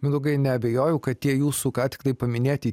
mindaugai neabejoju kad tie jūsų ką tiktai paminėti